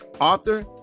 author